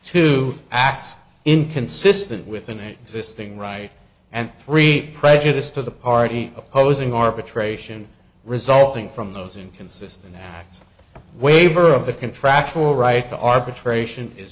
to acts inconsistent with an eight existing right and three prejudice to the party opposing arbitration resulting from those inconsistent waiver of the contractual right to arbitration is